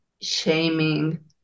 shaming